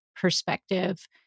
Perspective